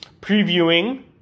previewing